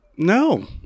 No